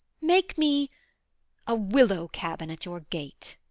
make me a willow cabin at your gate,